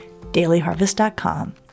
dailyharvest.com